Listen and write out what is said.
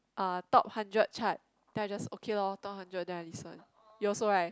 ah top hundred chart then I just okay lor top hundred then I listen you also right